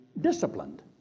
disciplined